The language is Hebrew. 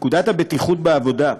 בפקודת הבטיחות בעבודה,